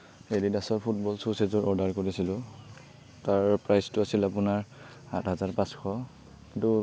এডিডাছৰ football shoes এজোৰ order কৰিছিলোঁ তাৰ প্ৰাইচটো আছিল আপোনাৰ সাতহাজাৰ পাঁচশ কিন্তু